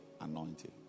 anointing